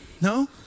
No